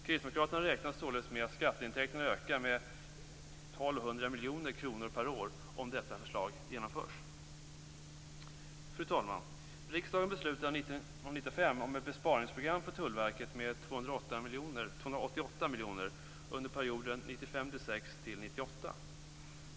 Kristdemokraterna räknar således med att skatteintäkterna ökar med 1 200 miljoner kronor per år om detta förslag genomförs. Fru talman! Riksdagen beslutade 1995 om ett besparingsprogram för Tullverket med 288 miljoner under perioden 1995/96-1998.